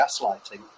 gaslighting